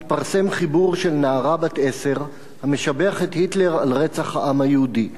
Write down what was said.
התפרסם חיבור של נערה בת עשר המשבח את היטלר על רצח העם היהודי.